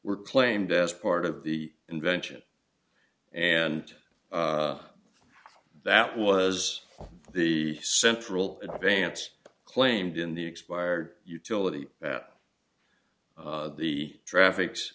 were claimed as part of the invention and that was the central advance claimed in the expired utility that the traffic's